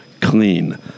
clean